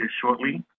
shortly